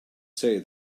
say